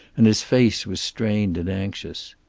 and his face was strained and anxious.